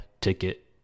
ticket